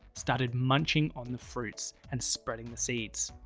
started munching on the fruits, and spreading the seeds.